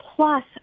Plus